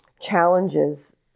challenges